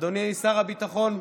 אדוני שר הביטחון,